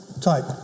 type